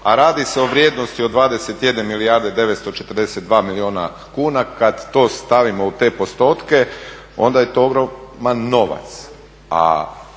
a radi se o vrijednosti od 21 milijarde 942 milijuna kuna, kad to stavimo u te postotke onda je to ogroman novac.